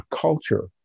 culture